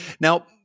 now